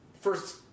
first